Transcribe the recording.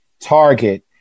Target